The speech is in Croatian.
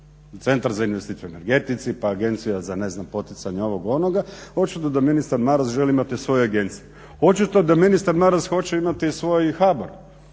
centar za investicije u energetici, pa agencija za ne znam poticanje ovog, onoga, očito da ministar Maras želi imati svoje agencije. Očito da ministar Maras hoće imati i svoj HBOR,